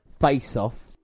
face-off